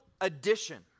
addition